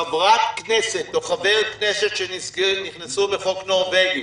חברת כנסת או חבר כנסת שנכנסו בחוק נורווגי